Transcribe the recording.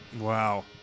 Wow